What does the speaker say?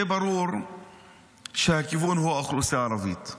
זה ברור שהכיוון הוא האוכלוסייה הערבית.